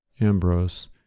Ambrose